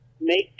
make